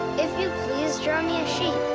if you please, draw me a sheep